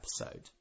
episode